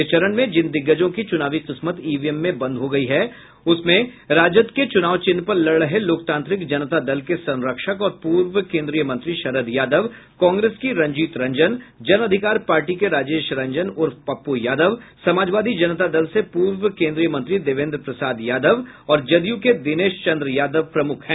इस चरण में जिन दिग्गजों की चुनावी किस्मत ईवीएम में बंद हो गयी उसमें राजद के चूनाव चिन्ह पर लड़ रहे लोकतांत्रिक जनता दल के संरक्षक और पूर्व केंद्रीय मंत्री शरद यादव कांग्रेस की रंजीत रंजन जन अधिकार पार्टी के राजेश रंजन उर्फ पप्पू यादव समाजवादी जनता दल से पूर्व केन्द्रीय मंत्री देवेन्द्र प्रसाद यादव और जदयू के दिनेश चंद्र यादव प्रमुख हैं